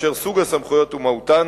וסוג הסמכויות ומהותן